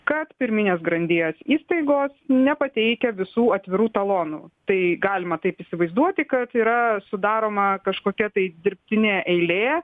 kad pirminės grandies įstaigos nepateikia visų atvirų talonų tai galima taip įsivaizduoti kad yra sudaroma kažkokia tai dirbtinė eilė